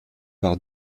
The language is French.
par